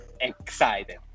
Excited